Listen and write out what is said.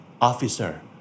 officer